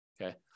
Okay